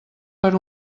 per